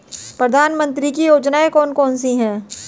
प्रधानमंत्री की योजनाएं कौन कौन सी हैं?